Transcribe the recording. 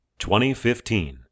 2015